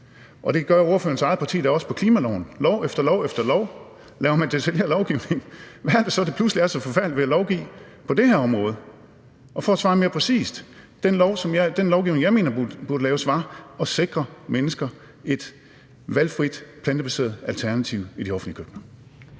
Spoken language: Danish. Og det gør ordførerens eget parti da også på klimaloven. I lov efter lov efter lov laver man detaljeret lovgivning. Hvad er det så, der pludselig er så forfærdeligt ved at lovgive på det her område? For at svare mere præcist: Den lovgivning, jeg mener burde laves, er at sikre mennesker et valgfrit plantebaseret alternativ i de offentlige køkkener.